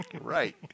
right